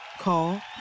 Call